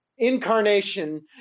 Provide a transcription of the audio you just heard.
incarnation